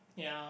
ya